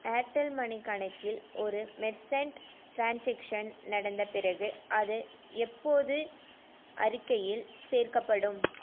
Airtel money கணக்கில் ஒரு merchant transaction நடந்த பிறகு அது எப்போது அறிக்கையில் சேர்க்கப்படும்